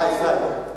ישראל, ישראל.